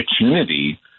opportunity